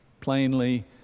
plainly